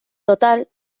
total